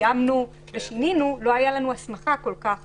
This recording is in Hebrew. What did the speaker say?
קיימנו ושינינו, לא היה לנו הסמכה כל כך